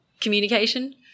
communication